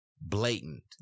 blatant